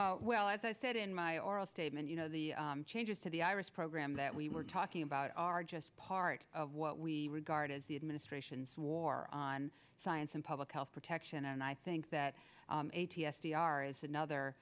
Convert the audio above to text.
any well as i said in my oral statement you know the changes to the iris program that we were talking about are just part of what we regard as the administration's war on science and public health protection and i think that eighty s t r is another